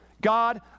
God